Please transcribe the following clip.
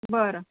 बरं